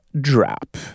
drop